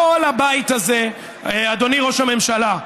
כל הבית הזה, אדוני ראש הממשלה,